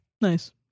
nice